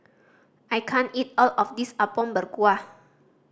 I can't eat all of this Apom Berkuah